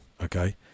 okay